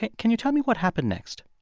can you tell me what happened next?